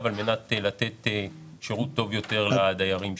על מנת לתת שירות טוב יותר לדיירים שם.